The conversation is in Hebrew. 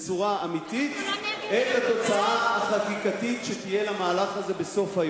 בצורה אמיתית את התוצאה החקיקתית שתהיה למהלך הזה בסופו.